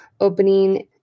opening